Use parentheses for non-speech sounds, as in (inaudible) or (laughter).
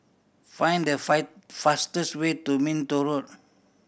find the (unintelligible) fastest way to Minto Road